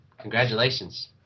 Congratulations